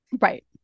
right